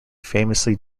famously